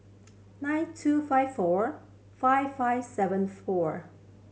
nine two five four five five seven four